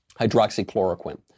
hydroxychloroquine